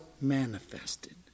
manifested